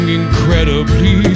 incredibly